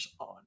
on